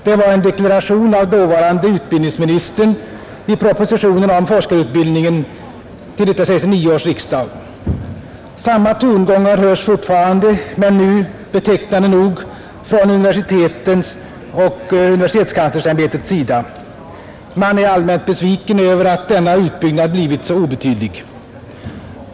Det var en deklaration av dåvarande utbildningsministern i propositionen om forskarutbildningen till 1969 års riksdag. Samma tongångar hörs fortfarande men nu betecknande nog från universitetens och universitetskanslersämbetets sida. Man är allmänt besviken över att denna utbyggnad blivit så obetydlig.